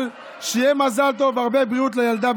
אבל שיהיה מזל טוב והרבה בריאות לילדה,